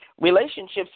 Relationships